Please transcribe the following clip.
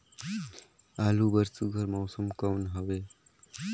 आलू बर सुघ्घर मौसम कौन हवे?